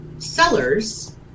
sellers